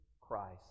Christ